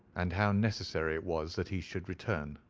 and how necessary it was that he should return.